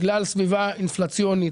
בגלל סביבה אינפלציונית,